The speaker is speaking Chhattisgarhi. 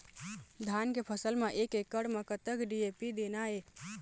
धान के फसल म एक एकड़ म कतक डी.ए.पी देना ये?